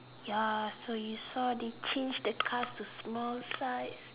ya so you saw they change the car to small size